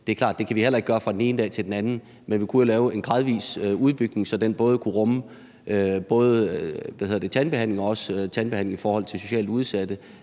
det kan vi heller ikke gøre fra den ene dag til den anden, men vi kunne jo lave en gradvis udbygning, så den både kunne rumme tandbehandling og tandbehandling for socialt udsatte